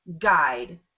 guide